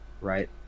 right